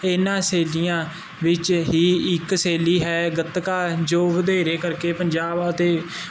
ਇਹਨਾਂ ਸੇਲੀਆਂ ਵਿੱਚ ਹੀ ਇੱਕ ਸੇਲੀ ਹੈ ਗਤਕਾ ਜੋ ਵਧੇਰੇ ਕਰਕੇ ਪੰਜਾਬ ਅਤੇ